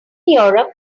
europe